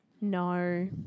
no